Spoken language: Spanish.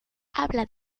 habla